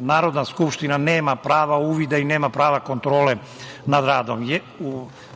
Narodna skupština nema prava uvida i nema prava kontrole nad radom.